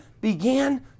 began